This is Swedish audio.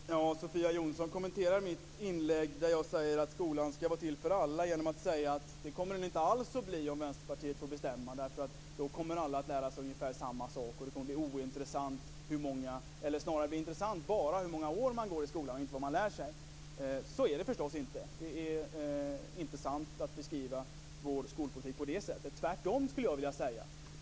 Fru talman! Sofia Jonsson kommenterar mitt inägg där jag sade att skolan skall vara till för alla genom att säga att så kommer det inte alls att bli om Vänsterpartiet får bestämma. Då kommer alla att lära sig ungefär samma sak, och det är bara intressant hur många år man går i skolan och inte vad man lär sig. Så är det förstås inte. Det är inte sant att beskriva vår skolpolitik på det sättet. Jag skulle vilja säga att det är tvärtom.